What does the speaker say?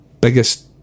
biggest